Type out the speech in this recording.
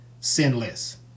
sinless